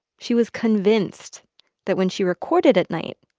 she was convinced that when she recorded at night,